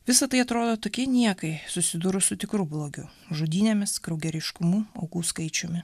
visa tai atrodo tokie niekai susidūrus su tikru blogiu žudynėmis kraugeriškumu aukų skaičiumi